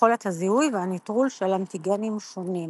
יכולת הזיהוי והנטרול של אנטיגנים שונים.